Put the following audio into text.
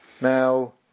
Now